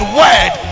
word